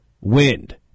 Wind